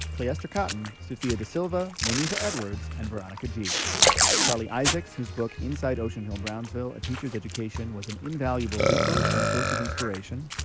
cleaster cotton, sufia desilva, monifa edwards and veronica gee charlie isaacs, whose book inside ocean hill-brownsville a teacher's education was an invaluable resource and source of inspiration,